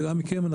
וגם מכן,